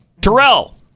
Terrell